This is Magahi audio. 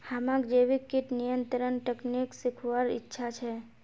हमाक जैविक कीट नियंत्रण तकनीक सीखवार इच्छा छ